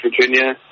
Virginia